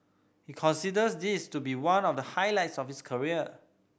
he considers this to be one of the highlights of his career